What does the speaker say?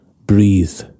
Breathe